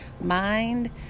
mind